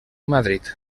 madrid